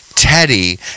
Teddy